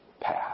path